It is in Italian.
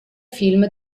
film